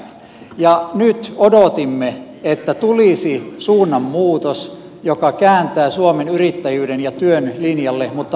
nyt odotimme että tulisi suunnanmuutos joka kääntää suomen yrittäjyyden ja työn linjalle mutta valitettavasti ei